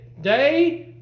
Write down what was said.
day